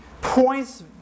points